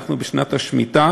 אנחנו בשנת השמיטה